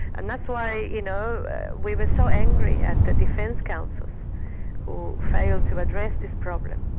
and that's why you know we were so angry at the defence counsel who failed to address this problem.